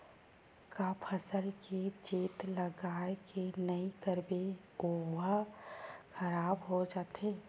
का फसल के चेत लगय के नहीं करबे ओहा खराब हो जाथे?